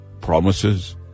promises